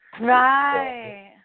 Right